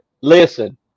listen